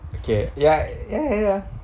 okay ya ya ya